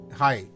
hi